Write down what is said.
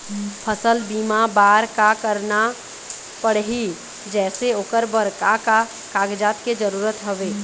फसल बीमा बार का करना पड़ही जैसे ओकर बर का का कागजात के जरूरत हवे?